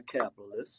capitalists